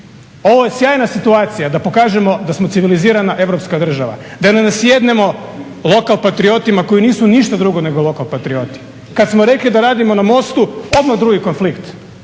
Ovo je sjajna situacija da pokažemo da smo civilizirana europska država, da ne nasjednemo lokalpatriotima koji nisu ništa drugo nego lokalpatrioti. Kad smo rekli da radimo na mostu odmah drugi konflikt.